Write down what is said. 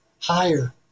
higher